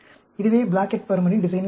இதுவே பிளாக்கெட் பர்மன் டிசைனின் அழகு